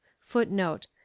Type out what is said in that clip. Footnote